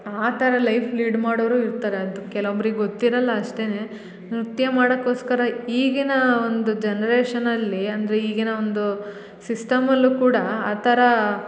ಆ ಥರ life lead ಮಾಡೋರು ಇರ್ತಾರೆ ಅದು ಕೆಲೊಬ್ರಿಗೆ ಗೊತ್ತಿರಲ್ಲ ಅಷ್ಟೆ ನೃತ್ಯ ಮಾಡೊಕೋಸ್ಕರ ಈಗಿನ ಒಂದು ಜನರೇಷನ್ ಅಲ್ಲಿ ಅಂದರೆ ಈಗಿನ ಒಂದು ಸಿಸ್ಟಮ್ ಅಲ್ಲೂ ಕೂಡ ಆ ಥರ